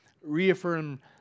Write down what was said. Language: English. reaffirm